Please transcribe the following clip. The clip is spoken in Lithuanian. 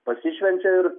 pasišvenčiau ir